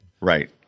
Right